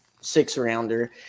six-rounder